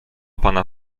pana